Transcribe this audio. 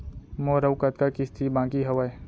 मोर अऊ कतका किसती बाकी हवय?